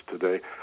today